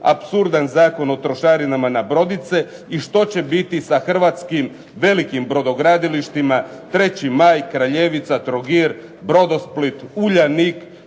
apsurdan Zakon o trošarinama na brodice i što će biti sa hrvatskim velikim brodogradilištima "3. maj", "Kraljevica", "Trogir", "Brodosplit", "Uljanik",